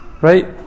right